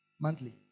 monthly